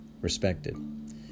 respected